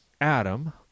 Adam